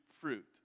fruit